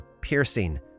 piercing